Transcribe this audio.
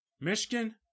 Michigan